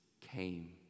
came